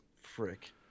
Frick